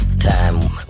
Time